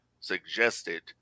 suggested